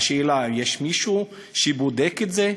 השאלה, יש מישהו שבודק את זה?